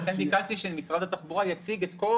לכן ביקשתי שמשרד התחבורה יציג את כל